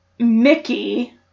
Mickey